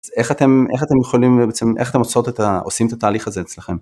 איך אתם, איך אתם עושים את התהליך הזה אצלכם?